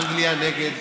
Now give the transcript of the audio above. אנגליה נגד?